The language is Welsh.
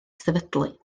sefydlu